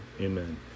amen